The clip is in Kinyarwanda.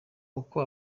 uko